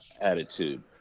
Attitude